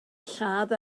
lladd